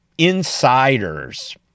insiders